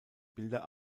bilder